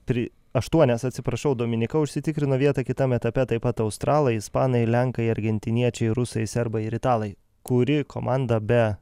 tri aštuonias atsiprašau dominyka užsitikrino vietą kitam etape taip pat australai ispanai lenkai argentiniečiai rusai serbai ir italai kuri komanda be